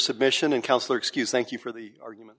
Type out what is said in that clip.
submission and counsel excuse thank you for the arguments